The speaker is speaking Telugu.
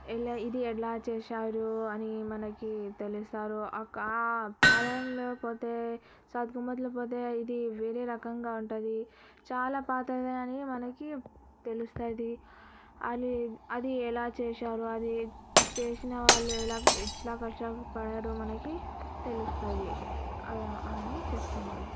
ఎలా ఇది ఎలా చేశారు అని మనకి తెలుస్తారు ఆలయంలో పోతే సాద్ గుమ్మత్ పోతే ఇది వేరే రకంగా ఉంటుంది చాలా పాతది కానీ మనకి తెలుస్తుంది అని అది ఎలా చేశారు అది చేసిన వాళ్ళు ఎలా ఎట్ల కష్ట పడారు మనకి తెలుస్తుంది అని చెప్తున్నాను